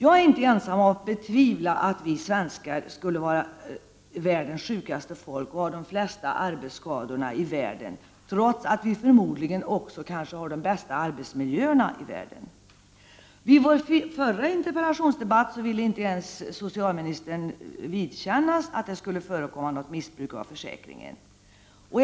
Jag är inte ensam om att betvivla att vi svenskar skulle vara världens sjukaste folk och ha de flesta arbetsskadorna i världen, trots att vi förmodligen också har de bästa arbetsmiljöerna i världen. Vid vår förra interpellationsdebatt ville inte socialministern vidkännas att det skulle förekomma missbruk av försäkringen.